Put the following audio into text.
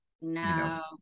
No